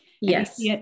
yes